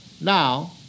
now